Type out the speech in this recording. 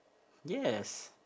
yes